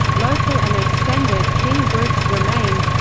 local and extended kin groups remained.